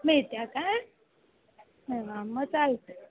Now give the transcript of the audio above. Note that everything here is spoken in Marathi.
मिळते आहे का हां मग चालतं आहे